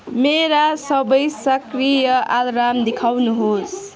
मेरा सबै सक्रिय अलार्म देखाउनुहोस्